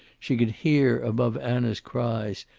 she could hear, above anna's cries,